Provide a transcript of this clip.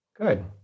Good